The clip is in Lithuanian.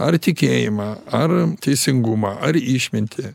ar tikėjimą ar teisingumą ar išmintį